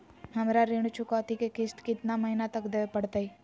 हमरा ऋण चुकौती के किस्त कितना महीना तक देवे पड़तई?